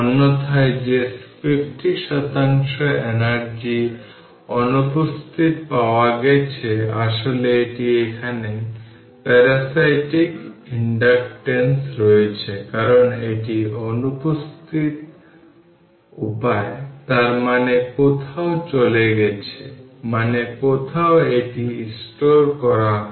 অন্যথায় যে 50 শতাংশ এনার্জি অনুপস্থিত পাওয়া গেছে আসলে এটি এখানে প্যারাসিটিক ইনডাক্ট্যান্সে রয়েছে কারণ এটি অনুপস্থিত উপায় তার মানে কোথাও চলে গেছে মানে কোথাও এটি স্টোর করা হয়